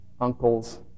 uncles